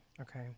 Okay